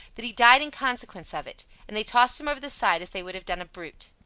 that he died in consequence of it and they tossed him over the side as they would have done a brute.